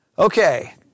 Okay